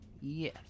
Yes